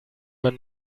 man